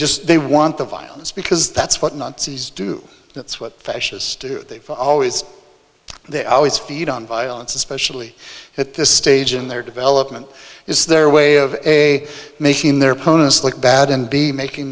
just they want the violence because that's what nazis do that's what fascists do they always they always feed on violence especially at this stage in their development is their way of a making their opponents look bad and be making